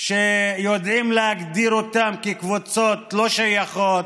שיודעים להגדיר אותן כקבוצות לא שייכות.